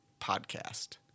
podcast